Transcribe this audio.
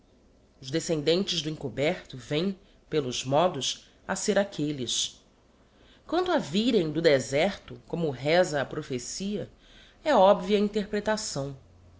os descendentes do encoberto vem pelos modos a ser aquelles quanto a virem do deserto como resa a prophecia é obvia a interpretação